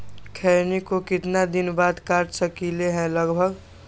खैनी को कितना दिन बाद काट सकलिये है लगभग?